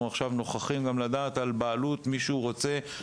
אנחנו עכשיו נוכחים לדעת על שמישהו דורש בעלות